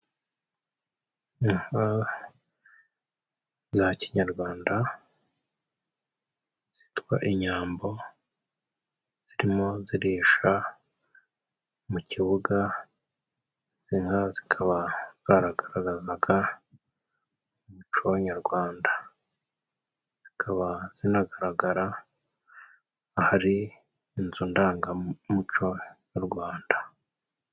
Inka za kinyarwanda zitwa inyambo, zirimo zirisha mu kibuga. Inka zikaba zaragaragazaga umuco nyarwanda zikaba zinagaragara ahari inzu ndangamuco nyarwanda.